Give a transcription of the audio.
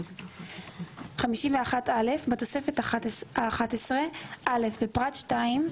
(51א) בתוספת האחת עשרה - בפרט (2),